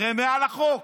הרי הם מעל החוק.